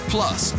Plus